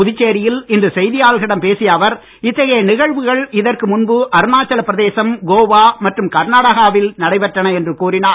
புதுச்சேரியில் இன்று செய்தியாளர்களிடம் பேசிய அவர் இத்தகைய நிகழ்வுகள் இதற்கு முன்பு அருணாச்சலப் பிரதேசம் கோவா மற்றும் கர்நாடகா வில் நடைபெற்றன என்று கூறினார்